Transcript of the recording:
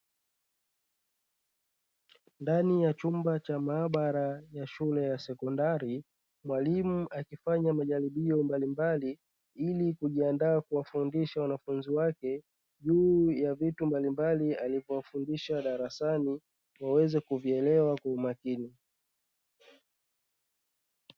Ndani ya chumba cha maabara ya shule ya sekondari, mwalimu akifanya majaribio mbalimbali ili kujiandaa kuwafundisha wanafunzi wake juu ya vitu mbalimbali alivyowafundisha darasani, waweze kuvielewa kwa umakini.